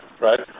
right